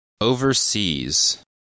Overseas